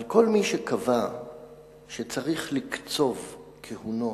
אבל כל מי שקבע שצריך לקצוב כהונות,